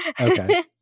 Okay